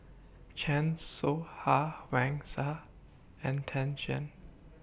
Chan Soh Ha Wang Sha and Tan Shen